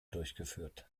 durchgeführt